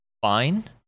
fine